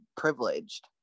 privileged